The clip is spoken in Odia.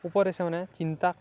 ଉପରେ ସେମାନେେ ଚିନ୍ତା